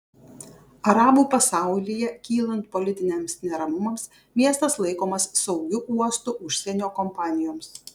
arabų pasaulyje kylant politiniams neramumams miestas laikomas saugiu uostu užsienio kompanijoms